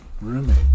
roommate